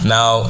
Now